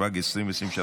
התשפ"ג 2023,